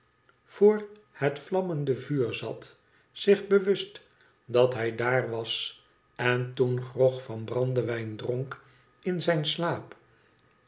voor het vlammende vuur zat zich bewust dat hij daar was en toen gro van brandewijn dronk in zijn slaap